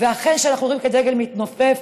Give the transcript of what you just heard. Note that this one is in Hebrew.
ואחרי שאנחנו רואים את הדגל מתנופף,